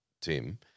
Tim